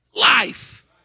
life